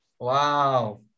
Wow